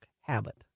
habit